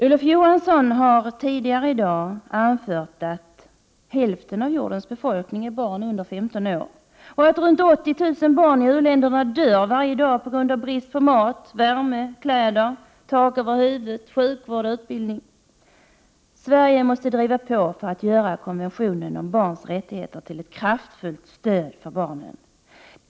Olof Johansson har tidigare i dag anfört att hälften av jordens befolkning är barn under 15 år. Runt åttiotusen barn i u-länderna dör varje dag på grund av brist på mat, värme, kläder, tak över huvudet, sjukvård och utbildning. Sverige måste driva på för att göra konventionen om barns rättigheter till ett kraftfullt stöd för barnen.